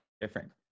different